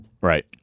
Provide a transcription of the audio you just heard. right